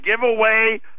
giveaway